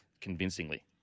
convincingly